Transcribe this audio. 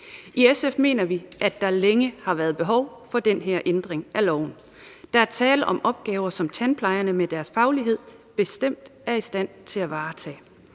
I SF mener vi, at der længe har været behov for den her ændring af loven. Der er tale om opgaver, som tandplejerne med deres faglighed bestemt er i stand til at varetage.